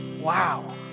Wow